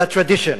אלא tradition.